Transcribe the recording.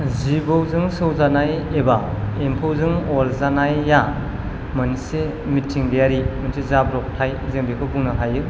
जिबौजों सौजानाय एबा एम्फौ जों अरजानाया मोनसे मिथिंगायारि मोनसे जाब्र'बथाय जों बेखौ बुंनो हायो